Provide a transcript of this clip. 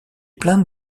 plaintes